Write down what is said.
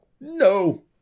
no